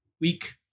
week